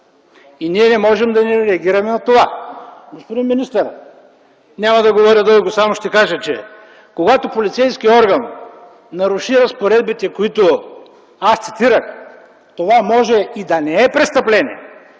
и ние не можем да не реагираме на това. Господин министър, няма да говоря дълго, само ще кажа, че когато полицейски орган наруши разпоредбите, които аз цитирах, това може и да не е престъпление,